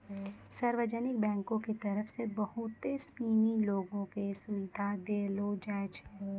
सार्वजनिक बैंको के तरफ से बहुते सिनी लोगो क सुविधा देलो जाय छै